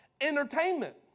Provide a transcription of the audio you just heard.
entertainment